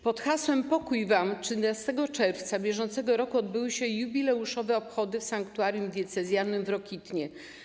Pod hasłem ˝Pokój wam˝ 13 czerwca br. odbyły się jubileuszowe obchody w sanktuarium diecezjalnym w Rokitnie.